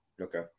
Okay